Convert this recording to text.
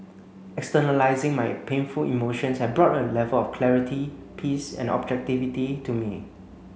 externalising my painful emotions had brought a level of clarity peace and objectivity to me